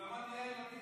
הוא למד מיאיר לפיד,